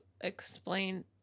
explain